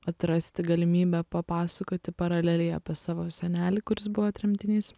atrasti galimybę papasakoti paraleliai apie savo senelį kuris buvo tremtinys